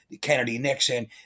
Kennedy-Nixon